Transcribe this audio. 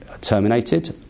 terminated